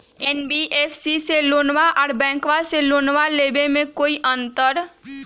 NBFC से लोनमा आर बैंकबा से लोनमा ले बे में कोइ अंतर?